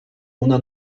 una